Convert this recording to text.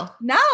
No